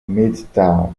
midtown